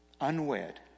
unwed